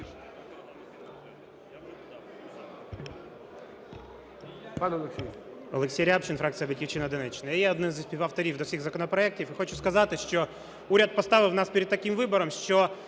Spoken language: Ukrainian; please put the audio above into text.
О.М. Олексій Рябчин, фракція "Батьківщина", Донеччина. Я – один із співавторів до цих законопроектів і хочу сказати, що уряд поставив нас перед таким вибором, що